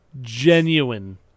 Genuine